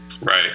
Right